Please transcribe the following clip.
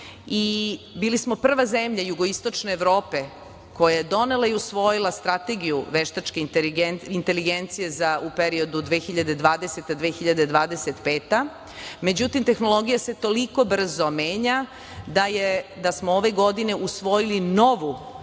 i bili smo prva zemlja jugoistočne Evrope koja je donela i usvojila Strategiju veštačke inteligencije u periodu 2020. do 2025. godine. Međutim, tehnologija se toliko brzo menja da smo ove godine usvojili novu